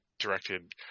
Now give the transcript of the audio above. directed